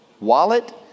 Wallet